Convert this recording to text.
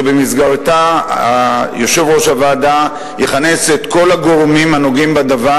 שבמסגרתה יושב-ראש הוועדה יכנס את כל הגורמים הנוגעים בדבר